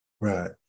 Right